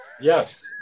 Yes